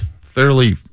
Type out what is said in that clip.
fairly